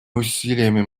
усилиями